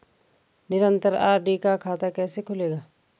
निरन्तर आर.डी का खाता कैसे खुलेगा?